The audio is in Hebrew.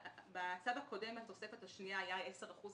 בצו הקודם בתוספת השנייה היה 10 אחוזים